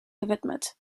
gewidmet